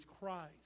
Christ